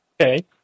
Okay